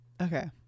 okay